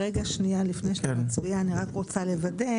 אני רוצה לוודא